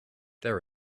there